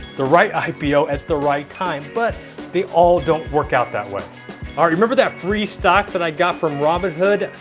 the right ah ipo at the right time, but they all don't work out that way. all right remember that free stock but got from robinhood?